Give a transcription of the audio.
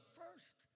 first